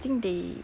I think they